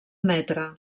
metre